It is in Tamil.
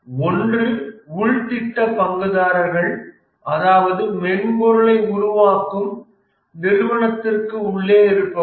ஒன்று உள் திட்ட பங்குதாரர்கள் அதாவது மென்பொருளை உருவாக்கும் நிறுவனத்திற்கு உள்ளே இருப்பவர்கள்